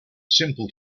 simple